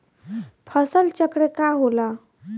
फसल चक्र का होला?